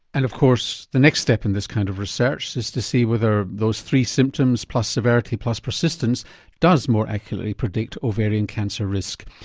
and of course the next step in this kind of research is to see whether those three symptoms plus severity plus persistence does more accurately predict ovarian cancer risk.